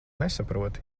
nesaproti